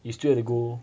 you still have to go